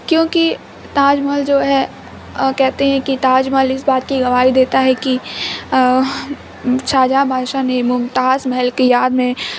کیونکہ تاج محل جو ہے کہتے ہیں کہ تاج محل اس بات کی گواہی دیتا ہے کہ شاہجہاں بادشاہ نے ممتاز محل کی یاد میں